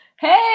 Hey